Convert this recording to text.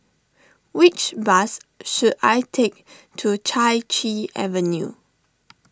which bus should I take to Chai Chee Avenue